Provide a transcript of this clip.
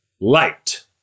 light